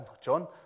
John